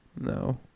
No